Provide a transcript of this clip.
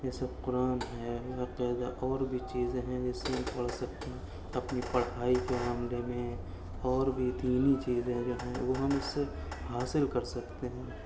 جیسے قرآن ہے باقاعدہ اور بھی چیزیں ہیں جسے ہم پڑھ سکتے ہیں اپنی پڑھائی کے معاملے میں اور بھی دینی چیزیں جو ہیں وہ ہم اس سے حاصل کر سکتے ہیں